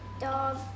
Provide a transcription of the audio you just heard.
dog